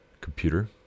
computer